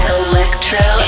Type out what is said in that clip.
electro